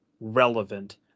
relevant